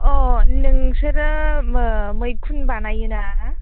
औ नोंसोरो मैखुन बानायो ना